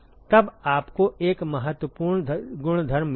तब आपको एक महत्वपूर्ण गुणधर्म मिला है